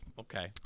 okay